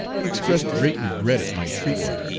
he expressed great regret at my treatment,